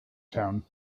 town